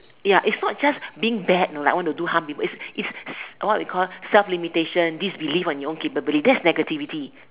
ya is not just being bad you know like want to do harm to people is is what you call it self limitation disbelief in you own capabilities that's negativity